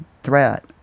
threat